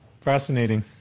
Fascinating